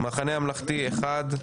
המחנה הממלכתי אחד,